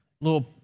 little